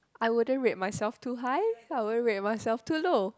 I wouldn't rate myself too high I wouldn't rate myself too low